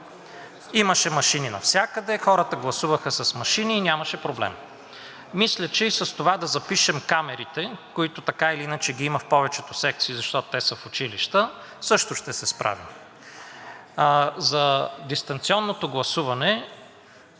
Имаше машини навсякъде. Хората гласуваха с машини и нямаше проблем. Мисля, че и с това да запишем камерите, които така или иначе ги има в повечето секции, защото те са в училища, също ще се справим. За дистанционното гласуване